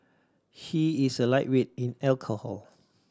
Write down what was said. he is a lightweight in alcohol